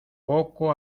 poco